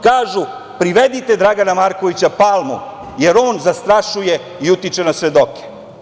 Kažu – privedite Dragana Markovića Palmu jer on zastrašuje i utiče na svedoke.